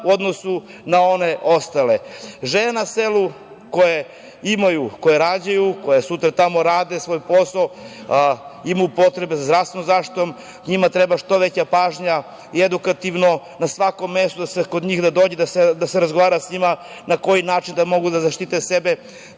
u odnosu na ostale. Žene na selu koje rađaju, koje sutra tamo rade svoj posao, imaju potrebe za zdravstvenom zaštitom, njima treba što veća pažnja i edukativno, na svakom mestu, da se dođe, da se razgovara sa njima, na koji način da mogu da zaštite sebe,